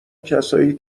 کسایی